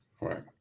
Right